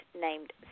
named